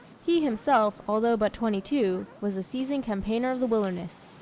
he himself, although but twenty-two, was a seasoned campaigner of the wilderness.